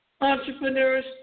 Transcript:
entrepreneurs